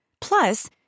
Plus